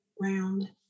round